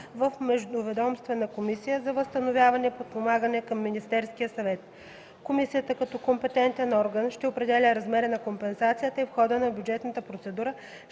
в Междуведомствената комисия за възстановяване и подпомагане към Министерския съвет. Комисията като компетентен орган ще определя размера на компенсацията и в хода на бюджетната процедура